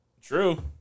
True